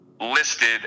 listed